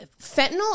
fentanyl